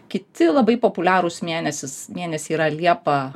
kiti labai populiarūs mėnesis mėnesiai yra liepa